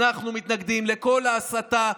אנחנו מתנגדים לכל ההסתה,